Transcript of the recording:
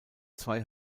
zwei